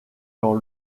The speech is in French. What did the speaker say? dans